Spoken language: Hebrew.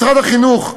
משרד החינוך,